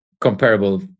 comparable